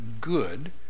good